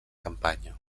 campanya